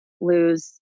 lose